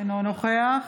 אינו נוכח